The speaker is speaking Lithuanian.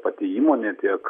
pati įmonė tiek